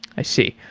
i see.